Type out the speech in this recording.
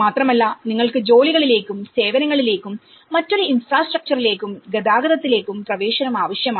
മാത്രമല്ല നിങ്ങൾക്ക് ജോലികളിലേക്കും സേവനങ്ങളിലേക്കും മറ്റൊരു ഇൻഫ്രാസ്ട്രക്ചറിലേക്കും ഗതാഗതത്തിലേക്കും പ്രവേശനം ആവശ്യമാണ്